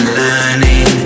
learning